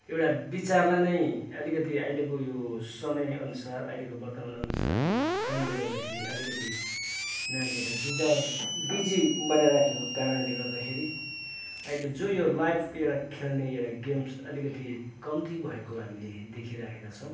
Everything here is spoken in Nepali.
एउटा विचारलाई नै अलिकति अहिलेको यो समय अनुसार अहिलेको यो वर्तमान अनुसार यो फोनले गर्दाखेरि अलिकति नानीहरूलाई विजाइ बिजी बनाइराखेको कारणले गर्दाखेरि अहिले जो यो लाइभ एउटा खेल्ने यो गेम छ अलिकति कम्ती भएको हामीले देखिराखेका छौँ